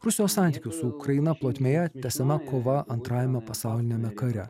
rusijos santykių su ukraina plotmėje esama kova antrajame pasauliniame kare